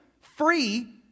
free